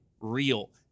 real